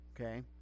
Okay